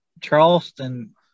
Charleston